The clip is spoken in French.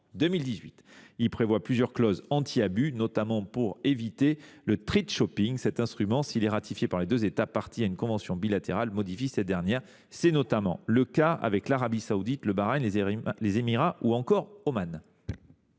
2018. Il prévoit plusieurs clauses anti-abus, notamment pour éviter le. Cet instrument, s’il est ratifié par les deux États parties à une convention bilatérale, modifie cette dernière. C’est le cas par exemple pour l’Arabie saoudite, Bahreïn, les Émirats arabes unis ou encore Oman.